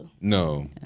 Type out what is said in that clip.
No